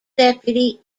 deputy